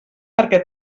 perquè